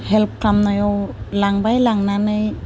help खालामनायाव लांबाय लांनानै